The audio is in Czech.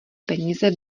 peníze